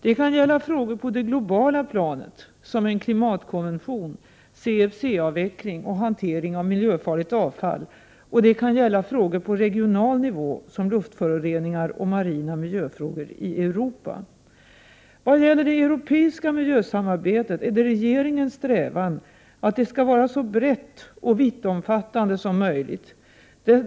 Det kan gälla frågor på det globala planet, som en klimatkonvention, CFC-avveckling och hantering av miljöfarligt avfall, och det kan gälla frågor på regional nivå, som luftföroreningar och marina miljöfrågor i Europa. Vad gäller det europeiska miljösamarbetet är det regeringens strävan att det skall vara så brett och vittomfattande som möjligt.